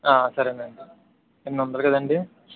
సరే అండి రెండు వందలు కదండి